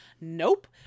Nope